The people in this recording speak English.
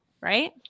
right